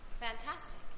Fantastic